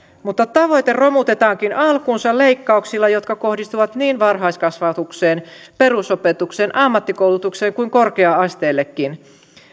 mutta tavoite romutetaankin alkuunsa leikkauksilla jotka kohdistuvat niin varhaiskasvatukseen perusopetukseen ammattikoulutukseen kuin korkea asteellekin